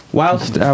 Whilst